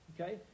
Okay